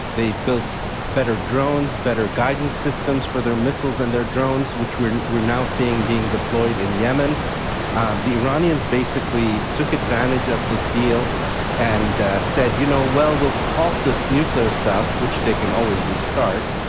they built better drones, better guidance systems for their missiles and their drones, which we're we're now seeing being deployed in yemen that the iranians basically took advantage of this deal and said, you know, well, we'll halt this nuclear stuff, which they can always restart,